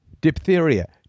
diphtheria